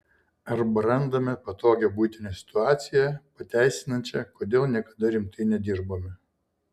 arba randame patogią buitinę situaciją pateisinančią kodėl niekada rimtai nedirbome